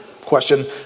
question